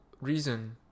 reason